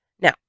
Now